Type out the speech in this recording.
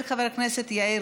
לא אושרה.